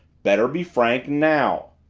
better be frank now!